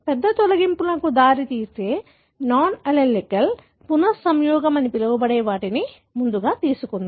పెద్ద తొలగింపులకు దారితీసే నాన్ అల్లెలికల్ పునఃసంయోగం అనే వాటిని ముందుగా తీసుకుందాం